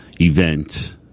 event